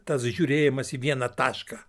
tas žiūrėjimas į vieną tašką